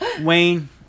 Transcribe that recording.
Wayne